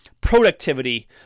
productivity